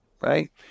right